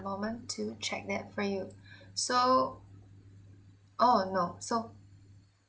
moment to check that for you so oh no so